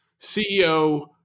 CEO